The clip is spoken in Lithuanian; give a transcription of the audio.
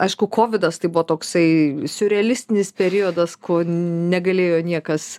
aišku kovidas tai buvo toksai siurrealistinis periodas ko negalėjo niekas